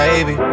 Baby